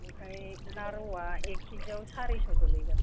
ओमफ्राय ना रौवा एक खेजियाव सारिस' गोलैगोन